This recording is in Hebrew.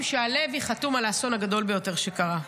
שהלוי חתום על האסון הגדול ביותר שקרה,